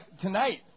Tonight